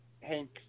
Hank